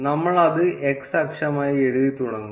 നമ്മൾ അത് x അക്ഷമായി എഴുതി തുടങ്ങും